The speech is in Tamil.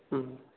ம்